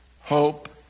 hope